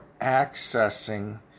accessing